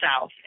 South